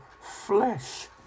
flesh